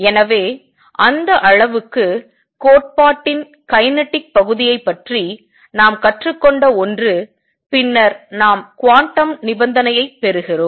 எனவே அந்த அளவுக்கு கோட்பாட்டின் கைனேட்டிக் பகுதியைப் பற்றி நாம் கற்றுக்கொண்ட ஒன்று பின்னர் நாம் குவாண்டம் நிபந்தனையைப் பெறுகிறோம்